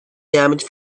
damage